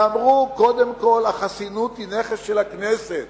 ואמרו: קודם כול החסינות היא נכס של הכנסת